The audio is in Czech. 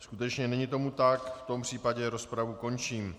Skutečně není tomu tak, v tom případě rozpravu končím.